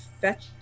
fetch